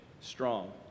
strong